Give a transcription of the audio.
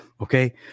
Okay